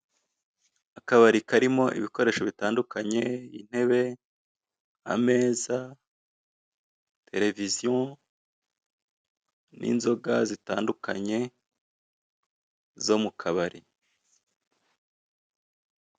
Akabari karimo ibikoresho bitandukanye intebe, ameza, televiziyo n'inzoga zitandukanye zo mu kabari.